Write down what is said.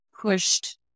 pushed